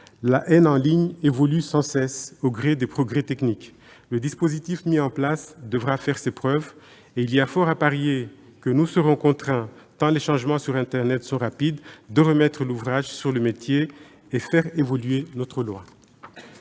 La haine en ligne évolue sans cesse, au gré des progrès techniques. Le dispositif mis en place devra faire ses preuves, et il y a fort à parier que nous serons contraints, tant les changements sur internet sont rapides, de remettre l'ouvrage sur le métier et de faire de nouveau évoluer notre loi.